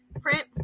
print